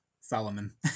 Solomon